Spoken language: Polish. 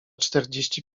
czterdzieści